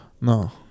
no